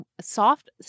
soft